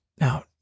Now